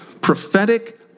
prophetic